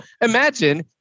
Imagine